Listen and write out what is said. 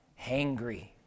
Hangry